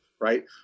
right